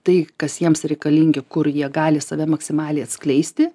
tai kas jiems reikalingi kur jie gali save maksimaliai atskleisti